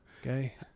Okay